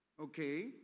Okay